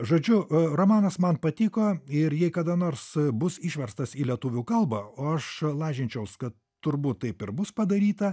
žodžiu romanas man patiko ir jei kada nors bus išverstas į lietuvių kalbą o aš lažinčiaus kad turbūt taip ir bus padaryta